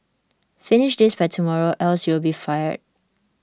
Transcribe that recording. finish this by tomorrow else you'll be fired